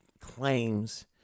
Claims